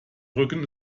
brücken